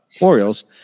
Orioles